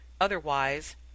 otherwise